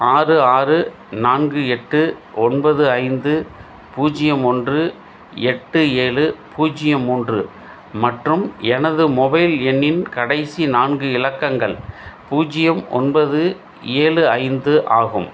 ஆறு ஆறு நான்கு எட்டு ஒன்பது ஐந்து பூஜ்யம் ஒன்று எட்டு ஏழு பூஜ்யம் மூன்று மற்றும் எனது மொபைல் எண்ணின் கடைசி நான்கு இலக்கங்கள் பூஜ்யம் ஒன்பது ஏழு ஐந்து ஆகும்